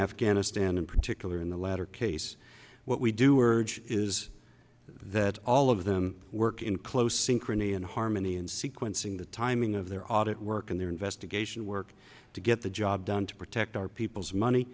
afghanistan in particular in the latter case what we do are is that all of them work in close synchrony and harmony and sequencing the timing of their audit work and their investigation work to get the job done to protect our people's money